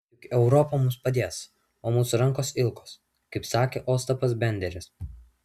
juk europa mums padės o mūsų rankos ilgos kaip sakė ostapas benderis